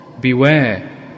beware